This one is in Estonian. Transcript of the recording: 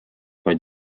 vaid